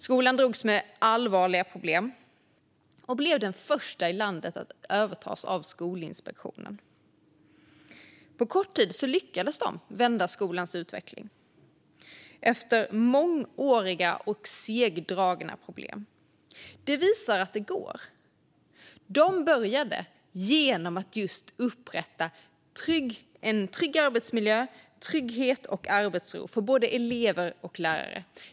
Skolan drogs med allvarliga problem och blev den första i landet att övertas av Skolinspektionen. På kort tid lyckades de vända skolans utveckling, efter mångåriga och segdragna problem. De började genom att just upprätta en trygg arbetsmiljö - trygghet och arbetsro - för både elever och lärare.